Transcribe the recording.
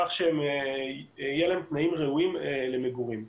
כך שיהיו להם תנאים ראויים למגורים.